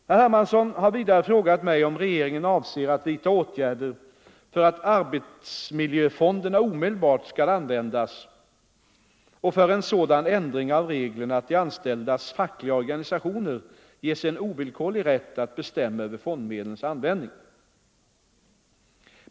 Herr Hermansson har vidare frågat mig om regeringen avser att vidta åtgärder för att arbetsmiljöfonderna omedelbart skall användas och för en sådan ändring av reglerna att de anställdas fackliga organisationer ges en ovillkorlig rätt att bestämma över fondmedlens användning.